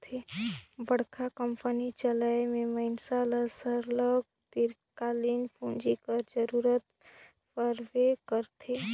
बड़का कंपनी चलाए में मइनसे ल सरलग दीर्घकालीन पूंजी कर जरूरत परबे करथे